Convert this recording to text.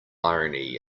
irony